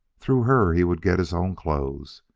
through her he would get his own clothes,